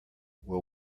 will